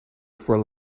for